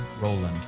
Roland